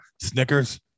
Snickers